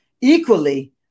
equally